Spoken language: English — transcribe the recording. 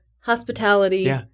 Hospitality